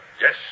Yes